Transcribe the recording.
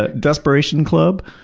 ah desperationclub